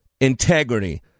integrity